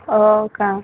हो का